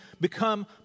become